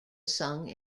sung